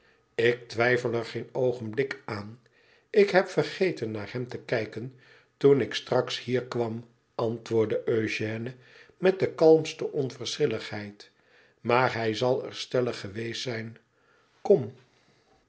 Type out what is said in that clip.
ik twijfel er geen oogenblik aan ik heb vergeten naar hem te kijken toen ik straks hier kwam antwoordde eugène met de kalmste onverschilligheid maar hij zal er stellig geweest zijn kom